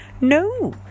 No